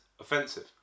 offensive